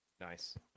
Nice